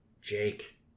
Jake